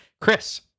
Chris